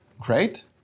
Great